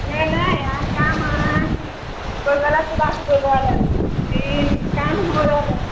नहि नहि अहाँ काम अहाँकेँ कोइ गलत बात बोल रहलनि ठीक काम हो रहलनि